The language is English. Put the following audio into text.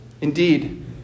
Indeed